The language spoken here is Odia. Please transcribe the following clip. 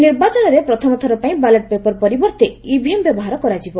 ଏହି ନିର୍ବାଚନରେ ପ୍ରଥମ ଥରପାଇଁ ବାଲାଟ ପେପର ପରିବର୍ତ୍ତେ ଇଭିଏମ୍ ବ୍ୟବହାର କରାଯିବ